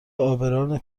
عابران